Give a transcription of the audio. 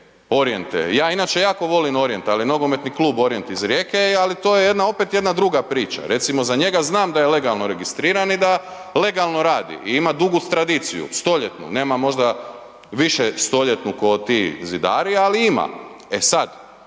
ja inače jako volim Orijent, ali Nogometni klub Orijent iz Rijeke, ali to je jedna opet jedna druga priča, recimo, za njega znam da je legalno registriran i da legalno radi i ima dugu tradiciju, stoljetnu. Nema možda višestoljetnu kao ti Zidari, ali ima. E sad,